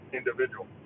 individual